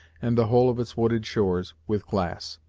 and the whole of its wooded shores, with glass.